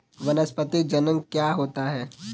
वानस्पतिक जनन क्या होता है?